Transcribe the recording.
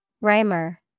Rhymer